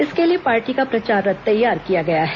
इसके लिए पार्टी का प्रचार रथ तैयार किया गया है